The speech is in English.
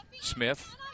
Smith